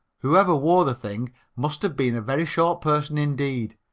whoever wore the thing must have been a very short person indeed,